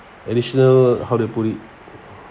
additional how to put it